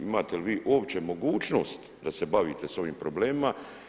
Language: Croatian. Imate li vi uopće mogućnost da se bavite sa ovim problemima?